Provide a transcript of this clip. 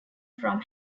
from